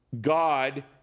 God